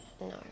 No